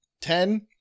Ten